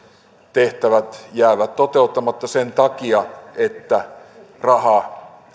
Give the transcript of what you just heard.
tehtävät jäävät toteuttamatta sen takia että rahaa